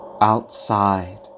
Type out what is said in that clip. Outside